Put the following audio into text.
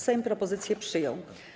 Sejm propozycję przyjął.